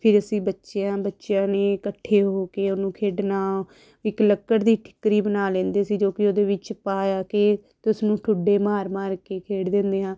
ਫਿਰ ਅਸੀਂ ਬੱਚਿਆਂ ਬੱਚਿਆਂ ਨੇ ਇਕੱਠੇ ਹੋ ਕੇ ਉਹਨੂੰ ਖੇਡਣਾ ਇੱਕ ਲੱਕੜ ਦੀ ਠੀਕਰੀ ਬਣਾ ਲੈਂਦੇ ਸੀ ਜੋ ਕਿ ਉਹਦੇ ਵਿੱਚ ਪਾ ਕੇ ਅਤੇ ਉਸ ਨੂੰ ਠੁੱਡੇ ਮਾਰ ਮਾਰ ਕੇ ਖੇਡਦੇ ਹੁੰਦੇ ਹਾਂ